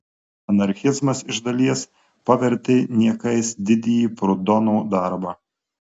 anarchizmas iš dalies pavertė niekais didįjį prudono darbą